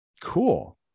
Cool